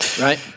right